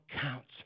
counts